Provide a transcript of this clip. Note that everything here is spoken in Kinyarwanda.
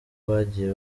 bagiye